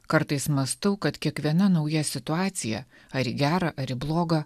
kartais mąstau kad kiekviena nauja situacija ar į gerą ar į blogą